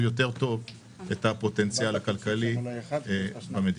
יותר טוב את הפוטנציאל הכלכלי במדינה.